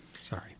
Sorry